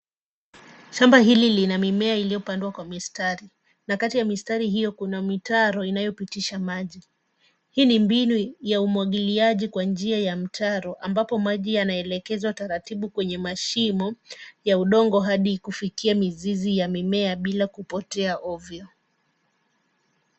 Shamba hili lina mimea iliyopandwa kwa mistari na kati ya mistari hiyo kuna mitaro inayopitisha maji. Hii ni mbinu ya umwagiliaji kwa njia ya mtaro ambapo maji yanaelekezwa taratibu kwenye mashimo ya udongo hadi kufikia mizizi ya mimea bila kupotea ovyo.